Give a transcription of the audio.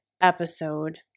episode